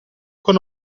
con